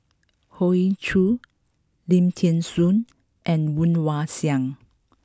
Hoey Choo Lim Thean Soo and Woon Wah Siang